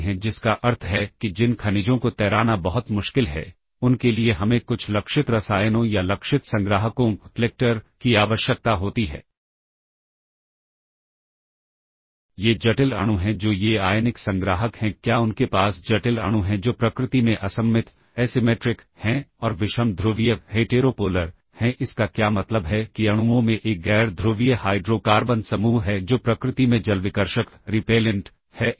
लेकिन चूंकि रजिस्टरों की संख्या सीमित है और उनका उपयोग कुछ अन्य उद्देश्यों के लिए भी किया जाता है इसलिए यह बेहतर है कि हमारे पास कुछ विकल्प हों और वह विकल्प स्टैक के माध्यम से है यदि डेटा की तुलना में मेमोरी बहुत बड़ी है तो किसी प्रोग्राम की डेटा स्पेस आवश्यकता के लिए प्रोग्राम की स्पेस आवश्यकता होती है